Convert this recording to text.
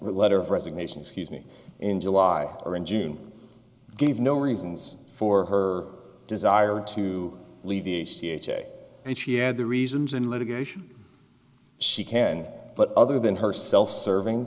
letter of resignation excuse me in july or in june gave no reasons for her desire to leave the if she had the reasons in litigation she can but other than her self serving